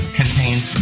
contains